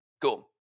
Cool